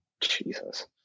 jesus